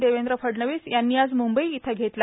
देवेंद्र फडणवीस यांनी आज मुंबई इथं घेतला